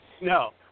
No